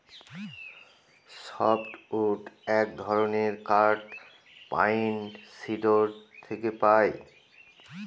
soft wood এক ধরনের কাঠ পাইন, সিডর থেকে পাই